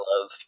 love